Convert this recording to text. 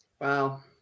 Wow